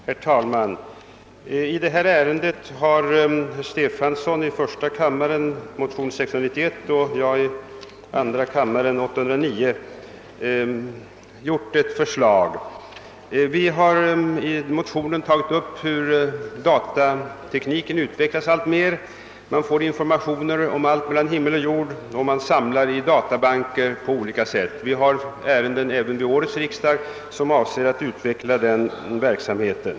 Herr talman! I detta ärende har herr Stefanson i första kammaren och jag i andra kammaren lagt fram ett motionspar, I: 691 och II: 809. I dessa motioner har vi påpekat hur datatekniken utvecklas alltmer. Man får informationer om allt mellan himmel och jord och man samlar dem i databanker av olika slag. även vid årets riksdag föreligger det förslag som avser att utvidga denna verksamhet.